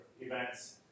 events